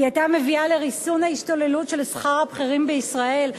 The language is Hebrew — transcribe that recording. היא היתה מביאה לריסון ההשתוללות של שכר הבכירים בישראל.